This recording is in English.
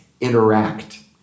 interact